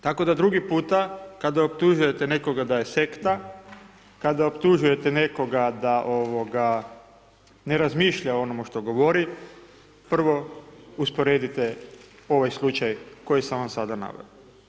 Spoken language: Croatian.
Tako da drugi puta kada optužujete nekoga da je sekta, kada optužujete nekoga da ne razmišlja o onome što govori prvo usporedite ovaj slučaj koji sam vam sada naveo.